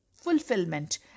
Fulfillment